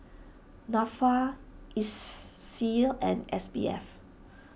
Nafa Iseas and S B F